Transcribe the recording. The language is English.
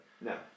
no